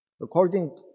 According